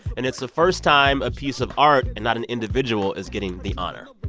and it's the first time a piece of art and not an individual is getting the honor.